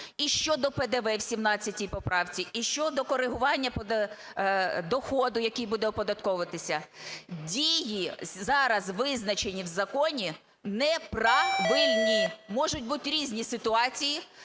і щодо ПДВ в 17 поправці, і щодо коригування по доходу, який буде оподатковуватися. Дії зараз визначені в законі неправильні. Можуть бути різні ситуації